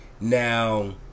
Now